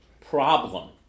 problem